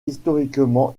historiquement